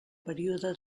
període